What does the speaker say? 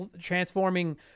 transforming